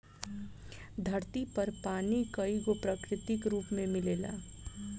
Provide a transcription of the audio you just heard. धरती पर पानी कईगो प्राकृतिक रूप में मिलेला